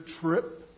trip